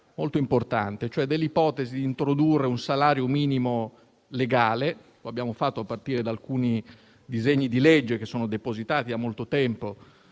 molto importante, ossia l'ipotesi di introdurre un salario minimo legale. Siamo partiti da alcuni disegni di legge depositati da molto tempo